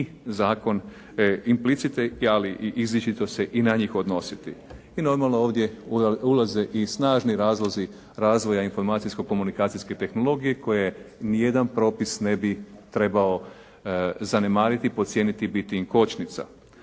i zakon implicite ali i izričito se i na njih odnositi. I normalno ovdje ulaze i snažni razlozi razvoja informacijsko-komunikacijske tehnologije koje nijedan propis ne bi trebao zanemariti, potcijeniti i biti im kočnica.